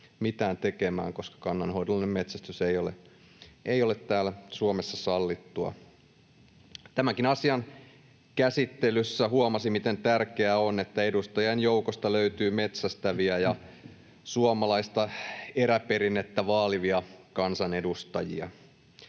mitään tekemään, koska kannanhoidollinen metsästys ei ole täällä Suomessa sallittua. Tämänkin asian käsittelyssä huomasi, miten tärkeää on, että edustajien joukosta löytyy metsästäviä ja suomalaista eräperinnettä vaalivia kansanedustajia.